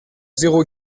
zéro